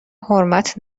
حرمت